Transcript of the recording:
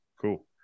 Cool